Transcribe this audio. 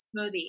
smoothie